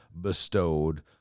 bestowed